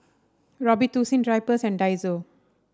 Robitussin Drypers and Daiso